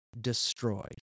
destroyed